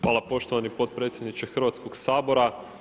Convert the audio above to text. Hvala poštovani potpredsjedniče Hrvatskog sabora.